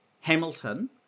Hamilton